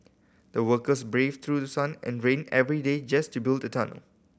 the workers braved through sun and rain every day just to build the tunnel